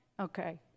Okay